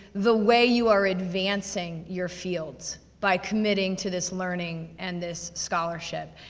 the way you are advancing your fields, by committing to this learning, and this scholarship.